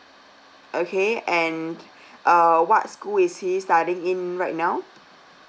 okay and uh what school is he studying in right now